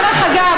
דרך אגב,